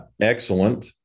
excellent